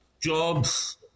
jobs